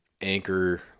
anchor